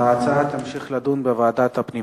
ההצעה תמשיך להידון בוועדת הפנים.